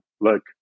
look